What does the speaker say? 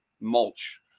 mulch